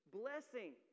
blessing